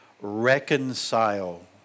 Reconcile